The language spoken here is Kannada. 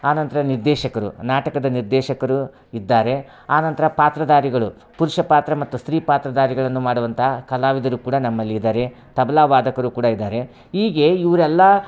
ಆ ನಂತರ ನಿರ್ದೇಶಕರು ನಾಟಕದ ನಿರ್ದೇಶಕರು ಇದ್ದಾರೆ ಆ ನಂತರ ಪಾತ್ರಧಾರಿಗಳು ಪುರುಷ ಪಾತ್ರ ಮತ್ತು ಸ್ತ್ರೀ ಪಾತ್ರಧಾರಿಗಳನ್ನು ಮಾಡುವಂತಹ ಕಲಾವಿದರು ಕೂಡ ನಮ್ಮಲ್ಲಿ ಇದ್ದಾರೆ ತಬಲಾ ವಾದಕರು ಇದ್ದಾರೆ ಹೀಗೆ ಇವರೆಲ್ಲ